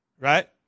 Right